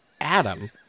Adam